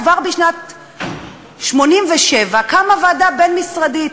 כבר בשנת 1987 קמה ועדה בין-משרדית,